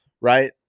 Right